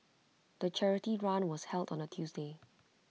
the charity run was held on A Tuesday